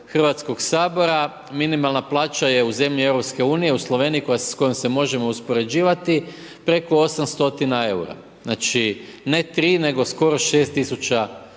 Hrvatskog sabora, minimalna plaća je u zemlji EU u Sloveniji s kojom se možemo uspoređivati preko 800 EUR-a. Znači ne 3 nego skoro 6 tisuća